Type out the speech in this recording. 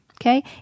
Okay